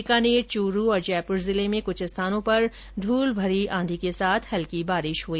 बीकानेर चूरू और जयपुर जिले में कुछ स्थानों पर धूलभरी आंधी के साथ हल्की बारिश हुई